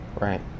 Right